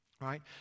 right